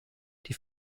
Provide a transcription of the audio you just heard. die